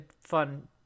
fun